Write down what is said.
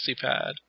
pad